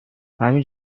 همین